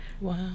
wow